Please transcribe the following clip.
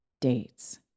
dates